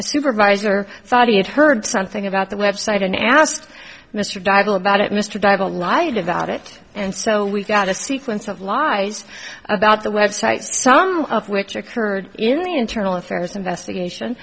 a supervisor thought he had heard something about the website and asked mr diable about it mr di lied about it and so we got a sequence of lies about the website some of which occurred in the internal affairs investigation